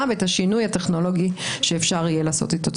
ואת השינוי הטכנולוגי שאפשר יהיה לעשות איתו.